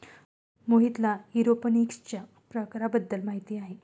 मोहितला एरोपोनिक्सच्या प्रकारांबद्दल माहिती आहे